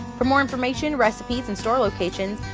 for more information, recipes and store locations,